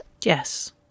Yes